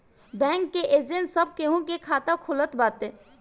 bank के agent सब केहू के खाता खोलत बाटे